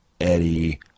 Eddie